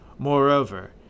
Moreover